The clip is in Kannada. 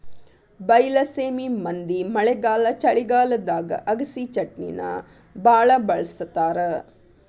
ಬೈಲಸೇಮಿ ಮಂದಿ ಮಳೆಗಾಲ ಚಳಿಗಾಲದಾಗ ಅಗಸಿಚಟ್ನಿನಾ ಬಾಳ ಬಳ್ಸತಾರ